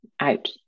out